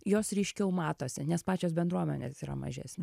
jos ryškiau matosi nes pačios bendruomenės yra mažesn